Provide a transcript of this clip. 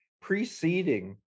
preceding